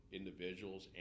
individuals